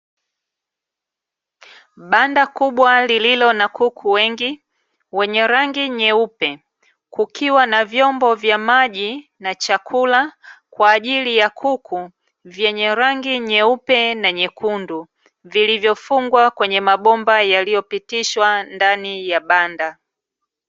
Banda kubwa lililo na kuku wengi wenye rangi nyeupe, kukiwa na vyombo vya maji na chakula kwaajili ya kuku vyenye rangi nyeupe na nyekundu, vilivyofungwa kwenye mabomba yaliyo pitishwa ndani ya banda.